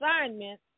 assignment